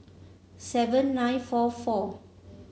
seven nine four four